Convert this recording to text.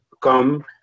come